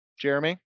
Jeremy